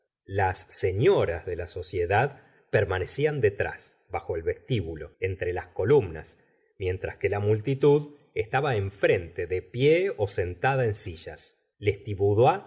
las señoras de la sociedad permanecían detrás bajo el vestíbulo entre las columnas mientras que la multitud estaba enfrente de pie sentada en sillas